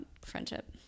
friendship